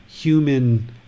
human